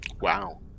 Wow